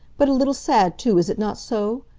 but a little sad too, is it not so?